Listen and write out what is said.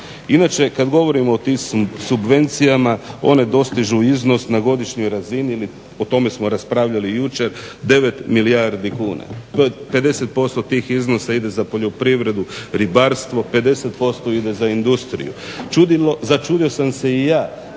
Inače kad govorimo o tim subvencijama one dostižu iznos na godišnjoj razini ili o tome smo raspravljali jučer 9 milijardi kuna. 50% tih iznosa ide za poljoprivredu, ribarstvo, 50% ide za industriju. Začudio sam se i ja